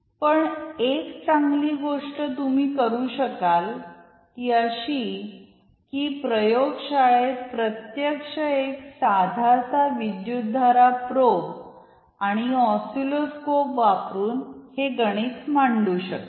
पण एक चांगली गोष्ट तुम्ही करू शकाल ती अशी की प्रयोगशाळेत प्रत्यक्ष एक साधासा विद्युतधारा प्रोब आणि ऑसिलोस्कोपवापरून हे गणित मांडू शकता